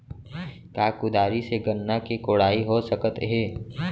का कुदारी से गन्ना के कोड़ाई हो सकत हे?